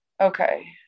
Okay